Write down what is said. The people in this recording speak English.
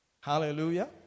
Hallelujah